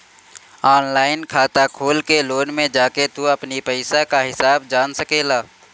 online खाता खोल के लोन में जाके तू अपनी पईसा कअ हिसाब जान सकेला